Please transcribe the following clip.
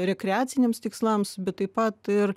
rekreaciniams tikslams bet taip pat ir